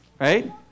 Right